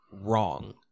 wrong